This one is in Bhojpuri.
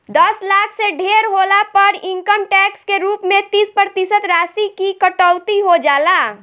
दस लाख से ढेर होला पर इनकम टैक्स के रूप में तीस प्रतिशत राशि की कटौती हो जाला